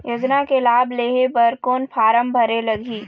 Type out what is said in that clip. योजना के लाभ लेहे बर कोन फार्म भरे लगही?